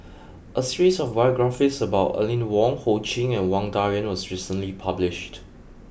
a series of biographies about Aline Wong Ho Ching and Wang Dayuan was recently published